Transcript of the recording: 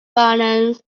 violins